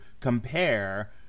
compare